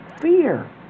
fear